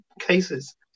cases